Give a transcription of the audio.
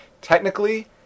technically